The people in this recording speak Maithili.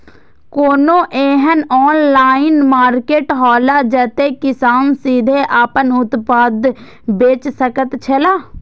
कोनो एहन ऑनलाइन मार्केट हौला जते किसान सीधे आपन उत्पाद बेच सकेत छला?